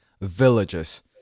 Villages